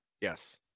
Yes